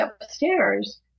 upstairs